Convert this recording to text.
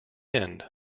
end